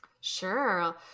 Sure